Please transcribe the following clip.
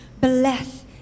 bless